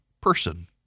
person